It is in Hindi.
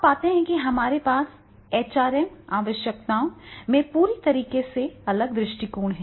तो आप पाते हैं कि हमारे पास HRM आवश्यकताओं में पूरी तरह से अलग दृष्टिकोण है